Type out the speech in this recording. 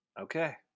Okay